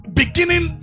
beginning